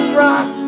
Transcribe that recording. rock